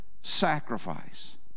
sacrifice